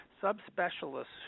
sub-specialists